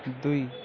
दुई